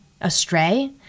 astray